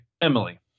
Emily